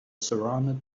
surrounded